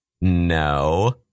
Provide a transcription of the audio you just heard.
no